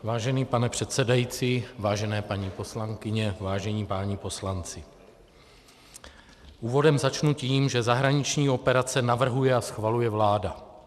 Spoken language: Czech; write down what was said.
Vážený pane předsedající, vážené paní poslankyně, vážení páni poslanci, úvodem začnu tím, že zahraniční operace navrhuje a schvaluje vláda.